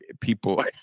people